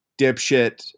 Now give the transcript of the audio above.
dipshit